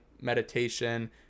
meditation